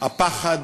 הפחד